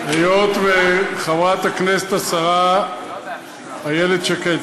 היות שחברת הכנסת השרה איילת שקד,